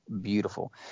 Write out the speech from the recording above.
beautiful